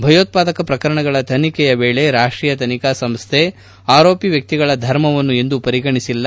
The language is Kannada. ಭಯೋತ್ಪಾದಕ ಪ್ರಕರಣಗಳ ತನಿಖೆಯ ವೇಳೆ ರಾಷ್ಟೀಯ ತನಿಖಾ ಸಂಸ್ಹೆ ಆರೋಪಿ ವ್ಯಕ್ತಿಗಳ ಧರ್ಮವನ್ನು ಎಂದೂ ಪರಿಗಣಿಸಿಲ್ಲ